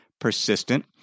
persistent